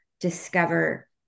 discover